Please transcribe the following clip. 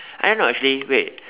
I don't know actually wait